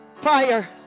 Fire